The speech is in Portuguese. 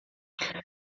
quem